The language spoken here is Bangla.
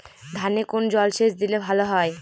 ধানে কোন জলসেচ দিলে ভাল হয়?